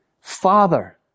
Father